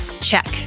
Check